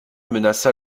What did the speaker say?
menace